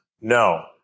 No